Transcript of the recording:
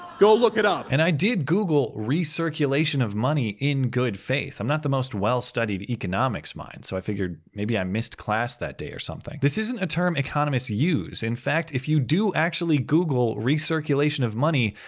go look it up. and i did google recircuation of money in good faith. i'm not the most well-studied economics mind, so i figured maybe i missed class that day, or something. this isn't a term economists use, in fact, if you do actually google recirculation of money,